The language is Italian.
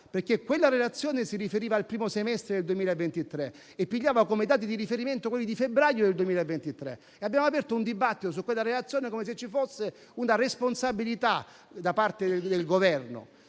perché quella relazione si riferiva al primo semestre del 2023 e prendeva come riferimento i dati del febbraio 2023. Abbiamo aperto un dibattito su quella relazione, come se vi fosse una responsabilità da parte del Governo,